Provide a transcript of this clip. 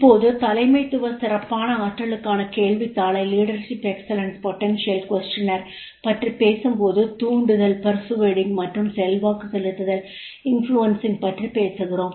இப்போது தலைமைத்துவ சிறப்பான ஆற்றாலுக்கான கேள்வித்தாளைப் பற்றிப் பேசும்போது தூண்டுதல் மற்றும் செல்வாக்கு செலுத்துதல் பற்றிப் பேசுகிறோம்